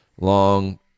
long